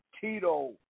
Tito